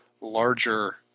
larger